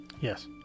Yes